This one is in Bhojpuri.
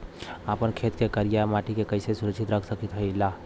आपन खेत के करियाई माटी के कइसे सुरक्षित रख सकी ला?